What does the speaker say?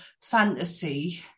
fantasy